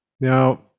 now